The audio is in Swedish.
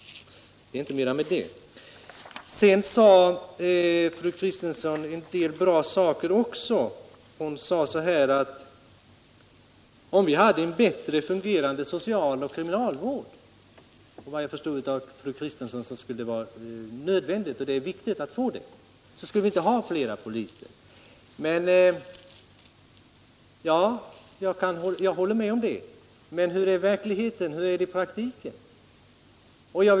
Det är inte mer med det. Sedan sade fru Kristensson en del bra saker, t.ex.: Om vi hade en bättre fungerande socialoch kriminalvård — vad jag förstod av fru Kristensson skulle det vara nödvändigt och viktigt — skulle vi inte behöva fler poliser. Jag håller med om det. Men hur är det i praktiken?